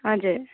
हजुर